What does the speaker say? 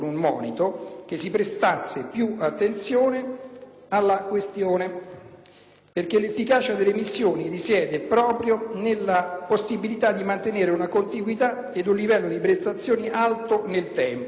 perché l'efficacia delle missioni risiede proprio nella possibilità di mantenere una continuità ed un livello di prestazioni alto nel tempo, mentre una gestione improvvida delle finanze pubbliche, senza programmaticità